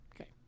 Okay